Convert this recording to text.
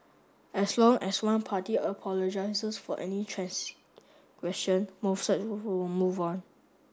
as long as one party apologises for any transgression both sides will move on